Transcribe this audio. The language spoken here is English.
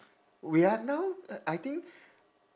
we are now uh I think